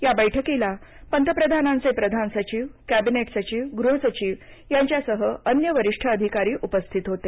या बैठकीला पंतप्रधानांचे प्रधान सचिव कॅबिनेट सचिव गृहसचिव यांच्यासह अन्य वरिष्ठ अधिकारी उपस्थित होते